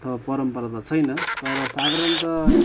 अथवा परम्परा त छैन तर साघारणतः